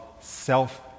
self